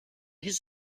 his